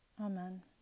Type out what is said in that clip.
Amen